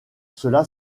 cela